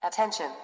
Attention